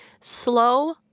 slow